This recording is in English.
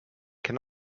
can